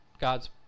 God's